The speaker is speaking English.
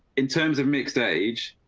in terms of mixed age,